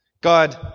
God